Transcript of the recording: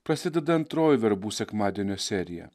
prasideda antroji verbų sekmadienio serija